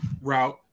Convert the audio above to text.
route